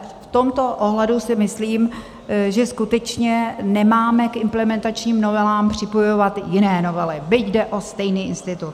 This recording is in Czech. V tomto ohledu si myslím, že skutečně nemáme k implementačním novelám připojovat i jiné novely, byť jde o stejný institut.